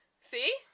See